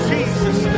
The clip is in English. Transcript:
Jesus